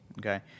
Okay